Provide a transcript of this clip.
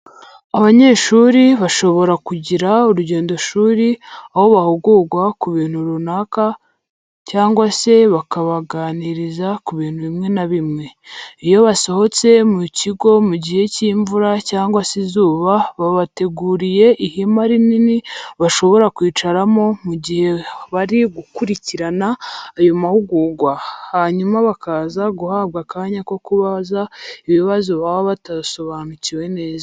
Abanyeshuri bashobora kugira urugendoshuri aho bahugurwa ku bintu runaka cyangwa se bakabaganiriza ku bintu bimwe na bimwe. Iyo basohotse mu kigo mu gihe cy'imvura cyangwa se izuba baba babateguriye ihema rinini bashobora kwicaramo mu gihe bari gukurikirana ayo mahugurwa, hanyuma bakaza guhabwa akanya ko kubaza ibibazo baba batasobanukiwe neza.